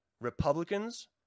Republicans